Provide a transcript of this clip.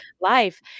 life